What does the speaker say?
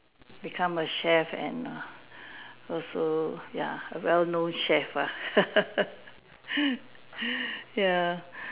become a chef and err also ya well known chef ah ya